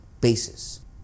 basis